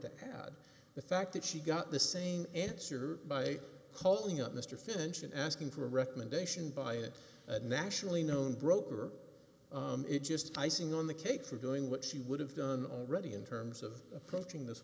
to add the fact that she got the same answer by calling up mr finch and asking for a recommendation buy it nationally known broker it just icing on the cake for doing what she would have done already in terms of approaching this